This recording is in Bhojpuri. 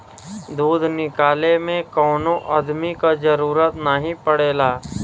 दूध निकाले में कौनो अदमी क जरूरत नाही पड़ेला